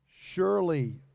Surely